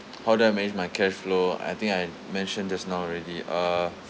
how do I manage my cash flow I think I mentioned just now already uh